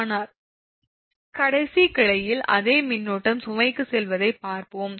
ஆனால் கடைசி கிளையில் அதே மின்னோட்டம் சுமைக்குச் செல்வதைப் பார்ப்போம்